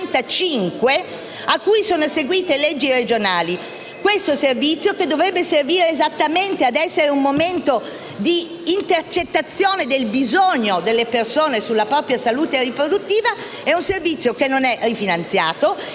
Questo servizio dovrebbe servire esattamente a essere un momento di intercettazione del bisogno delle persone sulla propria salute riproduttiva. È un servizio